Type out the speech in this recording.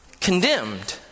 condemned